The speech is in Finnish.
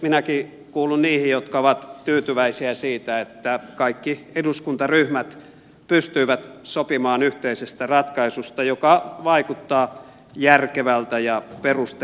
minäkin kuulun niihin jotka ovat tyytyväisiä siitä että kaikki eduskuntaryhmät pystyivät sopimaan yhteisestä ratkaisusta joka vaikuttaa järkevältä ja perustellulta